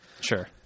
Sure